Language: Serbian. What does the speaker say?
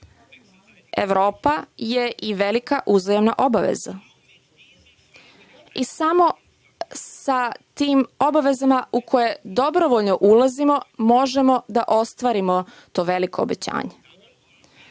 Evropa je i velika uzajamna obaveza. Samo sa tim obavezama u koje dobrovoljno ulazimo možemo da ostvarimo to veliko obećanje.